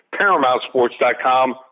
ParamountSports.com